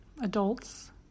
adults